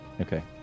Okay